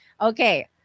Okay